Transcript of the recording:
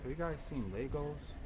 guys seen legos?